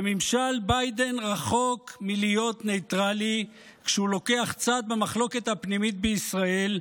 ממשל ביידן רחוק מלהיות ניטרלי כשהוא לוקח צד במחלוקת הפנימית בישראל.